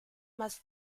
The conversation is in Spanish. más